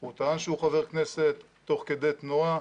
הוא טען שהוא חבר כנסת תוך כדי תנועה,